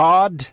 God